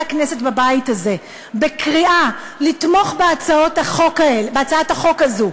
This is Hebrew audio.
הכנסת בבית הזה בקריאה לתמוך בהצעת החוק הזאת,